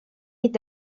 mit